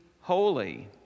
holy